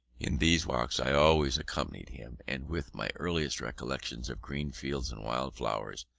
in these walks i always accompanied him, and with my earliest recollections of green fields and wild flowers,